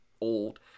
old